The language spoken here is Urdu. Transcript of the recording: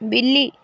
بلّی